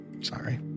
Sorry